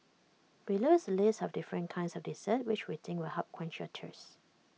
below is A list of different kinds of desserts which we think will help quench your thirst